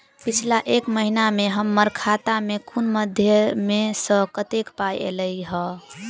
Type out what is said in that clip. पिछला एक महीना मे हम्मर खाता मे कुन मध्यमे सऽ कत्तेक पाई ऐलई ह?